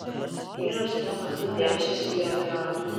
vyras tuo metu dėbsos į ekraną